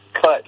cut